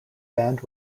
band